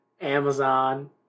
Amazon